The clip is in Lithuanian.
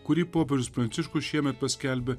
kurį popiežius pranciškus šiemet paskelbė